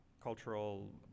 cultural